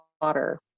water